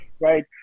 right